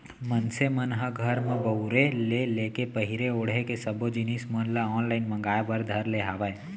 मनसे मन ह घर म बउरे ले लेके पहिरे ओड़हे के सब्बो जिनिस मन ल ऑनलाइन मांगए बर धर ले हावय